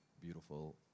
beautiful